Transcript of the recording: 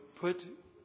put